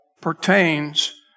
pertains